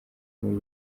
muri